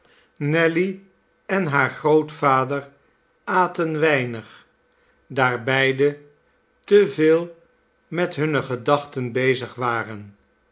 nelly en haar grootvader aten weinig daar beide te veel met hunne gedachten bezig waren